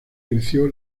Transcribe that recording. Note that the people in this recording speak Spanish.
creció